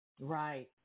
Right